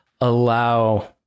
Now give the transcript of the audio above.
allow